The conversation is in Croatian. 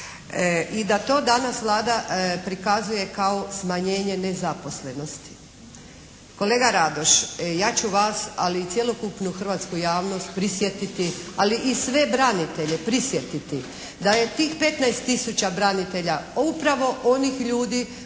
i da to danas Vlada prikazuje kao smanjenje nezaposlenosti. Kolega Radoš, ja ću vas ali i cjelokupnu hrvatsku javnost, ali i sve branitelje prisjetiti da je tih 15 tisuća branitelja upravo onih ljudi